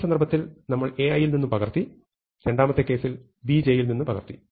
ആദ്യ സന്ദർഭത്തിൽ നമ്മൾ Ai ൽ നിന്ന് പകർത്തി രണ്ടാമത്തെ കേസിൽ Bj ൽ നിന്ന് പകർത്തി